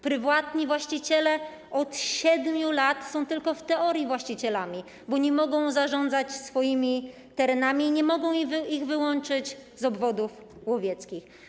Prywatni właściciele od 7 lat są tylko w teorii właścicielami, bo nie mogą zarządzać swoimi terenami, nie mogą ich wyłączyć z obwodów łowieckich.